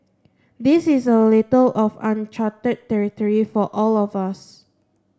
this is a little of uncharted territory for all of us